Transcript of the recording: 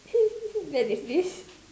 that is this